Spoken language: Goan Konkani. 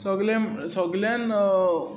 सोगले सोगल्यान